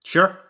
Sure